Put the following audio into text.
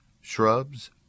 shrubs